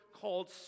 called